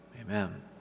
amen